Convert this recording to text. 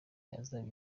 yazaba